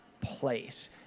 place